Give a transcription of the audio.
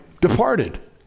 departed